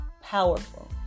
powerful